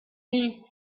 ill